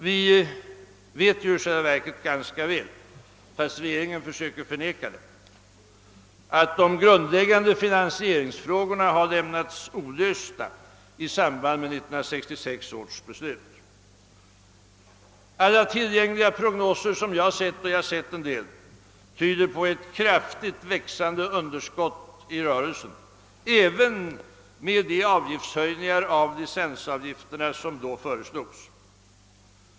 Vi vet i själva verket ganska väl, fastän regeringen försöker förneka det, att de grundläggande finansieringsfrågorna lämnats olösta i samband med 1966 års beslut. Alla tillgängliga prognoser som jag sett — och jag har sett en del — tyder på ett kraftigt växande underskott i rörelsen, även med de höjningar av licensavgifterna som då föreslogs.